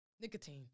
nicotine